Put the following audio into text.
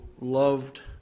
loved